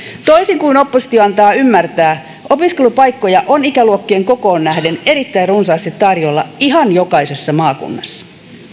toisin kuin oppositio antaa ymmärtää opiskelupaikkoja on ikäluokkien kokoon nähden erittäin runsaasti tarjolla ihan jokaisessa maakunnassa